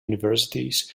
universities